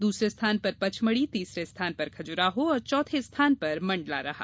दूसरे स्थान पर पचमढ़ी तीसरे स्थान पर खजुराहो और चौथे स्थान पर मंडला रहा